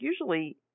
usually